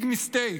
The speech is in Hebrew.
big mistake.